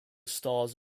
stars